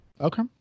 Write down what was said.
okay